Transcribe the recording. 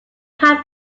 had